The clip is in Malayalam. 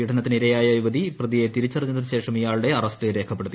പീഡനത്തിനിരയായ യുവതി പ്രതിയെ തിരിച്ചറിഞ്ഞതിനുശേഷം ഇയാളുടെ അറസ്റ്റ് രേഖപ്പെടുത്തി